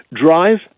drive